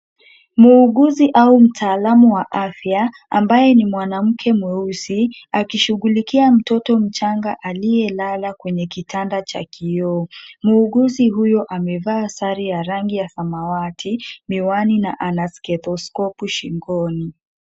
Muuguzi au mtaalamu wa afya ambaye ni mwanamke mweusi akishughulikia mtoto mchanga aliyelala kwenye kitanda cha kioo. Muuguzi huyo amevaa sare ya rangi ya samawati, miwani na ana stethoscope shingoni.